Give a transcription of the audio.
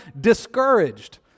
discouraged